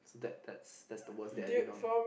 that that's that's the worst that I've been on